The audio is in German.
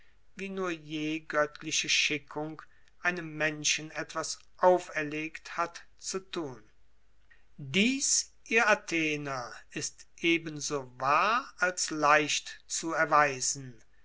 wie nur je göttliche schickung einem menschen etwas auferlegt hat zu tun dies ihr athener ist ebenso wahr als leicht zu erweisen